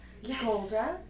Yes